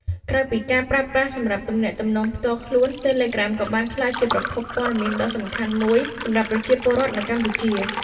ក្រៅពីការប្រើប្រាស់សម្រាប់ទំនាក់ទំនងផ្ទាល់ខ្លួន Telegram ក៏បានក្លាយជា ប្រភពព័ត៌មានដ៏សំខាន់មួយ សម្រាប់ប្រជាពលរដ្ឋនៅកម្ពុជា។